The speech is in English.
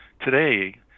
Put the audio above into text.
Today